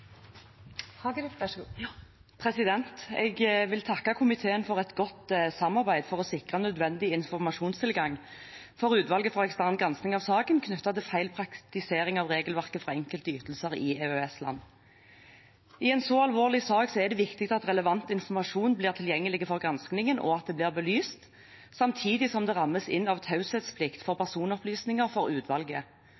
I en så alvorlig sak er det viktig at relevant informasjon blir tilgjengelig for granskningen og belyst, samtidig som det rammes inn av taushetsplikt for